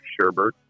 Sherbert